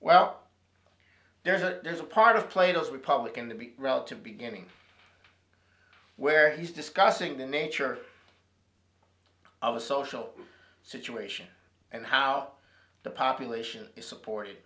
well there's a there's a part of plato's republic in the big relative beginning where he's discussing the nature of a social situation and how the population is supported